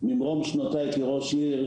ממרום שנותיי כראש עיר.